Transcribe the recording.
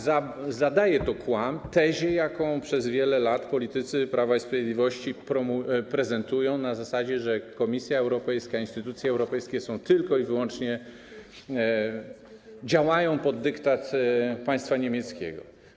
Zadaje to też kłam tezie, jaką przez wiele lat politycy Prawa i Sprawiedliwości prezentują, że Komisja Europejska, instytucje europejskie tylko i wyłącznie działają pod dyktat państwa niemieckiego.